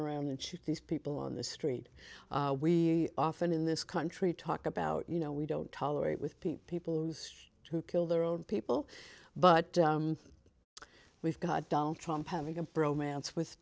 around and shoot these people on the street we often in this country talk about you know we don't tolerate with p people who kill their own people but we've got down trump having a bromance with